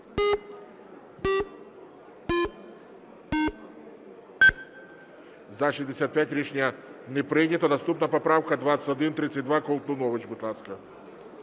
За-65 Рішення не прийнято. Наступна поправка 2132. Колтунович, будь ласка.